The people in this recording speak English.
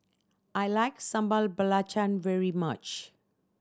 I like Sambal Belacan very much